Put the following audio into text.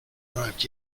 arrived